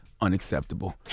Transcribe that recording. unacceptable